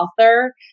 author